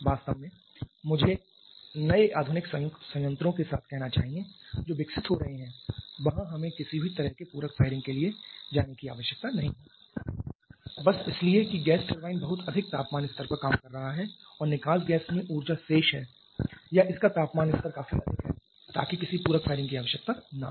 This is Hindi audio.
वास्तव में मुझे नए आधुनिक संयुक्त संयंत्रों के साथ कहना चाहिए जो विकसित हो रहे हैं वहां हमें किसी भी तरह के पूरक फायरिंग के लिए जाने की आवश्यकता नहीं है बस इसलिए कि गैस टरबाइन बहुत अधिक तापमान स्तर पर काम कर रहा है और निकास गैस में ऊर्जा शेष है या इसका तापमान स्तर काफी अधिक है ताकि किसी पूरक फायरिंग की आवश्यकता न हो